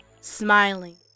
smiling